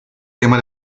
tema